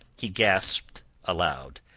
he gasped aloud,